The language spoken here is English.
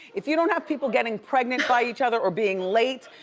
if you don't have people getting pregnant by each other or being late.